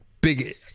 big